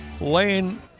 Lane